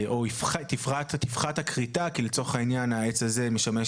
או תפחת הכריתה כי לצורך העניין העץ הזה משמש